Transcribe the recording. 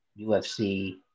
UFC